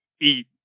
eat